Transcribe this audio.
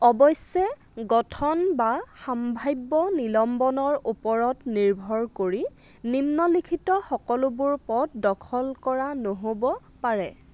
অৱশ্যে গঠন বা সাম্ভাব্য নিলম্বনৰ ওপৰত নিৰ্ভৰ কৰি নিম্নলিখিত সকলোবোৰ পদ দখল কৰা নহ'ব পাৰে